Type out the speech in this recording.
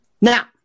Now